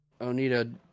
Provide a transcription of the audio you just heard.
Onita